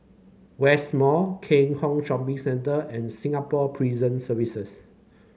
West Mall Keat Hong Shopping Centre and Singapore Prison Service